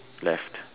left